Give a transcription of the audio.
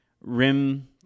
rim